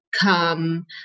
come